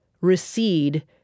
recede